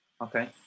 Okay